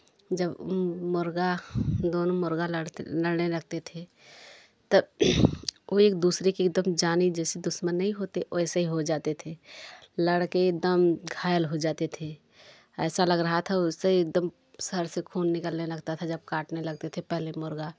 जब मुर्गा दोनों मुर्गा लड़ते लड़ने लगते थे तब वे एक दूसरे के एक दम जानी जैसे दुश्मन नहीं होते वैसे ही हो जाते थे लड़ कर एक दम घायल हो जाते थे ऐसे लग रहा था उससे एक दम सर से खून निकलने लगता था जब काटने लगते थे पहले मुर्गा